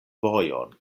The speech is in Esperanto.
vojon